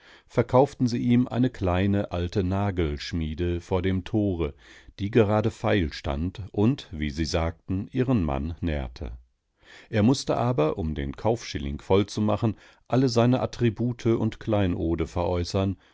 verkauften sie ihm eine kleine alte nagelschmiede vor dem tore die gerade feil stand und wie sie sagten ihren mann nährte er mußte aber um den kaufschilling voll zu machen alle seine attribute und kleinode veräußern